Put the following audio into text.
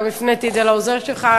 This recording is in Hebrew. וגם הפניתי אותה לעוזר שלך.